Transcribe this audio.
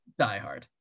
diehard